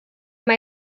mae